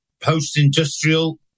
post-industrial